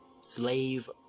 slave